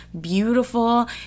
beautiful